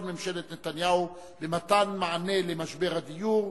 ממשלת נתניהו במתן מענה על משבר הדיור,